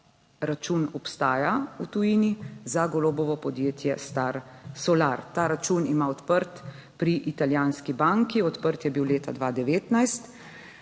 račun obstaja v tujini za Golobovo podjetje Star solar. Ta račun ima odprt pri italijanski banki, odprt je bil leta 2019.